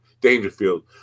Dangerfield